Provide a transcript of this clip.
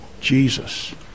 Jesus